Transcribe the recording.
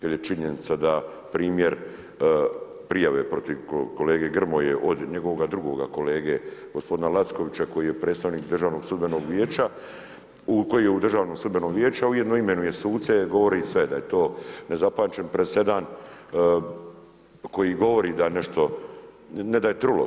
Jer je činjenica da primjer, prijave protiv kolege Grmoje, od njegovoga drugoga kolege gospodina Lackovića, koji je predstavnik Državnog sudbenog vijeća koji je u Državnom sudbenom vijeću, a ujedno i imenuje suce, govori sve, da je to nezapamćen presedan, koji govori da nešto ne da je trulo.